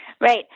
Right